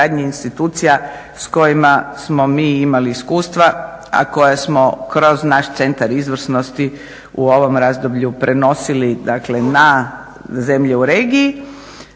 institucija s kojima smo mi imali iskustva, a koja smo kroz naš Centar izvrsnosti u ovom razdoblju prenosili na zemlje u regiji